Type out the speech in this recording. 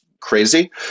crazy